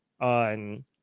on